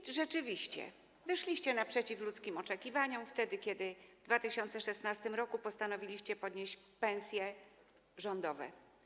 I rzeczywiście, wyszliście naprzeciw ludzkim oczekiwaniom, kiedy w 2016 r. postanowiliście podnieść pensje rządowe.